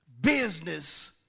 business